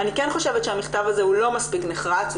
אני כן חושבת שהמכתב הזה לא מספיק נחרץ,